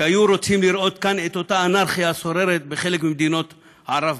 שהיו רוצים לראות כאן את אותה אנרכיה השוררת בחלק ממדינות ערב בסביבה.